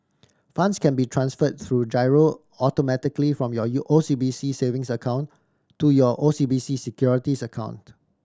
funds can be transfer through giro automatically from your U O C B C savings account to your O C B C Securities account